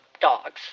dogs